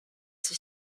sich